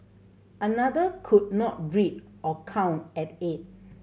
another could not read or count at eight